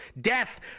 death